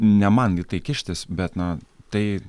ne man į tai kištis bet na tai